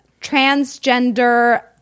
transgender